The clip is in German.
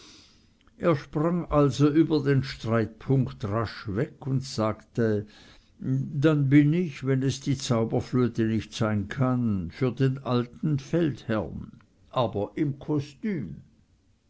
er sprang also über den streitpunkt rasch weg und sagte dann bin ich wenn es die zauberflöte nicht sein kann für den alten feldherrn aber im kostüm